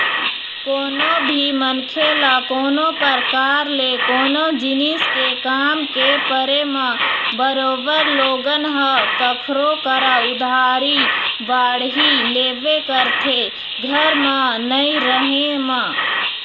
कोनो भी मनखे ल कोनो परकार ले कोनो जिनिस के काम के परे म बरोबर लोगन ह कखरो करा उधारी बाड़ही लेबे करथे घर म नइ रहें म